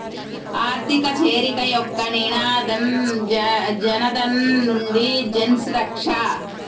ఆర్థిక చేరిక యొక్క నినాదం జనధన్ నుండి జన్సురక్ష